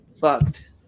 fucked